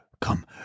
Come